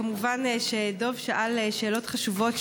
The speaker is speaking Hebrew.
כמובן שדב שאל שאלות חשובות,